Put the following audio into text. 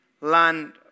land